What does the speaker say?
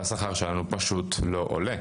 השכר שלנו פשוט לא עולה,